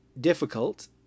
difficult